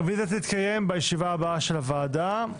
הרוויזיה תתקיים בישיבה הבאה של הוועדה.